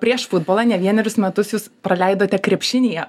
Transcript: prieš futbolą ne vienerius metus jūs praleidote krepšinyje